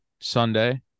Sunday